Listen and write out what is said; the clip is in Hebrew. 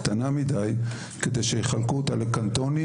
קטנה מידי כדי שיחלקו אותה לקנטונים